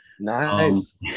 Nice